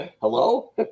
Hello